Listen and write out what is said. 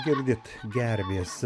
girdit gervės